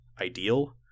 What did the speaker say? ideal